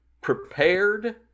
Prepared